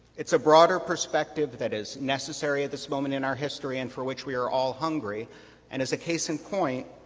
it's a broader perspective that is necessary at this moment in our history and for which we are all and as a case in point,